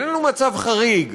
איננו מצב חריג,